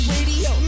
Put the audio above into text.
Radio